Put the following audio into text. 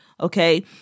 okay